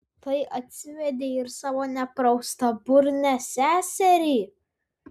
tai atsivedei ir savo nepraustaburnę seserį